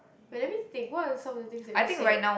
wait let me think what are some of the things that we said